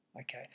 Okay